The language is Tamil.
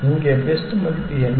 இங்கே பெஸ்ட் மதிப்பு என்ன